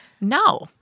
No